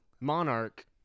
monarch